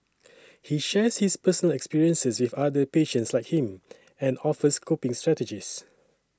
he shares his personal experiences with other patients like him and offers coping strategies